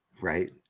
Right